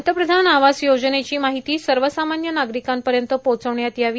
पंतप्रधान आवास योजनेची माहिती सर्वसामान्य नागरिकांपर्यंत पोहचविण्यात यावी